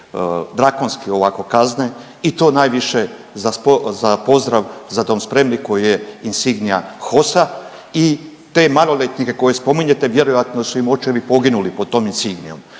drakonski ovako kazne i to najviše za pozdrav „Za dom spremni“ koji je insignia HOS-a i te maloljetnike koje spominjete vjerojatno su im očevi poginuli pod tom insigniom.